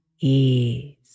ease